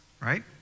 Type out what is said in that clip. right